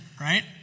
Right